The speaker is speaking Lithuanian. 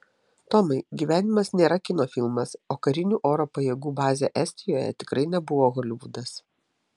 tomai gyvenimas nėra kino filmas o karinių oro pajėgų bazė estijoje tikrai nebuvo holivudas